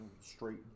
Straight